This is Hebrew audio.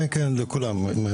כן כן, לכולם.